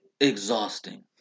exhausting